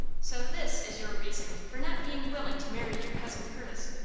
so this is your reason for not being willing to marry your cousin curtis?